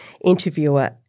interviewer